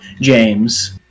James